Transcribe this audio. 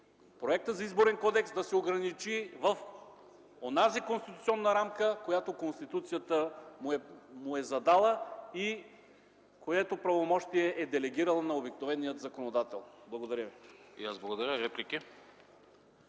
проектът за Изборен кодекс да се ограничи в онази конституционна рамка, която Конституцията му е задала, което правомощие е делегирала на обикновения законодател. Благодаря ви.